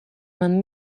man